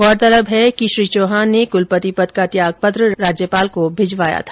गौरतलब है कि श्री चौहान ने क्लपति पद का त्यागपत्र राज्यपाल को भिजवाया था